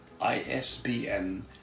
ISBN